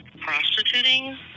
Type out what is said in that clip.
prostituting